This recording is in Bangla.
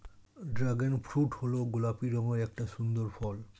ড্র্যাগন ফ্রুট হল গোলাপি রঙের একটি সুন্দর ফল